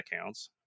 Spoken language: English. accounts